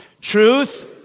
Truth